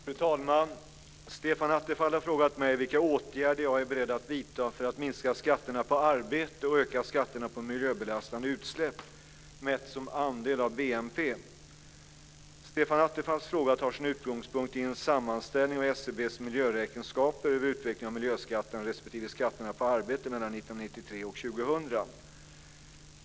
Fru talman! Stefan Attefall har frågat mig vilka åtgärder jag är beredd att vidta för att minska skatterna på arbete och öka skatterna på miljöbelastande utsläpp, mätt som andel av BNP. Stefan Attefalls fråga tar sin utgångspunkt i en sammanställning av SCB:s Miljöräkenskaper över utvecklingen av miljöskatterna respektive skatterna på arbete mellan 1993 och 2000.